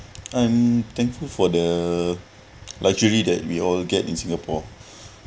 I'm thankful for the luxury that we all get in singapore